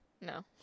No